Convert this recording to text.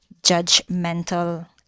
judgmental